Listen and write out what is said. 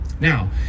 now